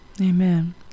Amen